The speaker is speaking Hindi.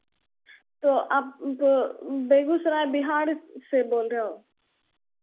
तो आप तो बेगूसराय बिहार से बोल रहे हो